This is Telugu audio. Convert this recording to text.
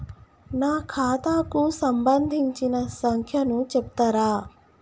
నా ఖాతా కు సంబంధించిన సంఖ్య ను చెప్తరా?